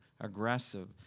aggressive